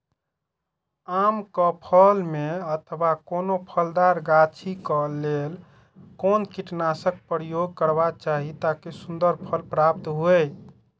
आम क फल में अथवा कोनो फलदार गाछि क लेल कोन कीटनाशक प्रयोग करबाक चाही ताकि सुन्दर फल प्राप्त हुऐ?